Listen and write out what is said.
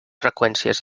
freqüències